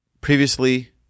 Previously